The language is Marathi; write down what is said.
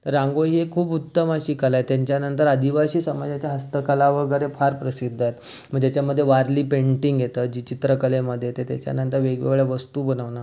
रांगोळी ही एक खूप उत्तम अशी कला आहे त्यांच्यानंतर आदिवासी समाजाच्या हस्तकला वगैरे फार प्रसिद्ध आहेत मग त्याच्यामध्ये वारली पेंटिंग येतं जी चित्रकलेमध्ये येते त्याच्यानंतर वेगवेगळ्या वस्तू बनवणं